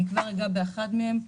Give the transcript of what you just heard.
אגע באחד מהם בהמשך.